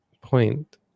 point